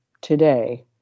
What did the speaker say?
today